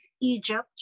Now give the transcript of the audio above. Egypt